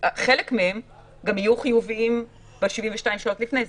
חלק מהם גם יהיו חיוביים ב-72 שעות לפני זה,